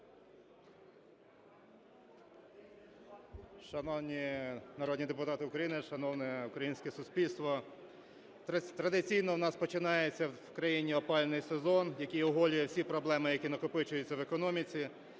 Шановні народні депутати України, шановне українське суспільство! Традиційно в нас починається в Україні опалювальний сезон, який оголює всі проблеми, які накопичуються в економіці.